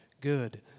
good